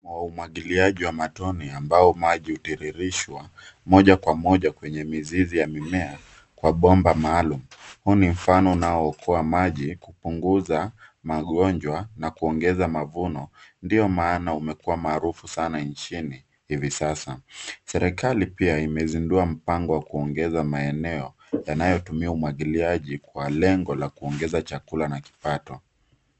Umwagiliaji wa matone ambao maji hutiririshwa moja kwa moja kwenye mizizi ya mimea kwa bomba maalumu. Huu ni mfano unao okoa maji na kupunguza magonjwa na kuongeza mavuno ndio maana umekua maarufu sana nchini hivi sasa. Serikali pia imezindua mpango wa kuongeza maeneo yanayotumia umwagiliaji kwa lengo la kuongeza chakula na kipato.